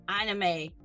anime